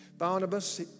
Barnabas